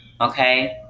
Okay